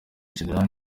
gen